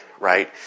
right